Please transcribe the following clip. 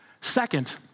Second